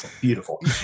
beautiful